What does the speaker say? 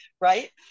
right